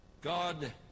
God